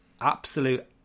absolute